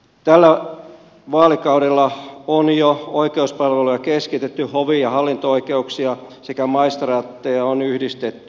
tällä vaalikaudella on jo oikeuspalveluja keskitetty hovi ja hallinto oikeuksia sekä maistraatteja on yhdistetty